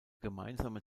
gemeinsame